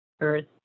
earth